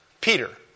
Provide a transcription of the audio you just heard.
Peter